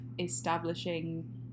establishing